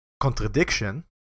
contradiction